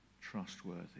trustworthy